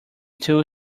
too